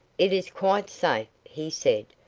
it is quite safe, he said,